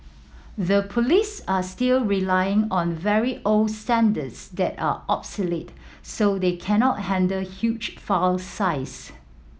the police are still relying on very old standards that are obsolete so they cannot handle huge file size